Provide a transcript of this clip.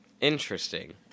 interesting